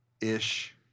ish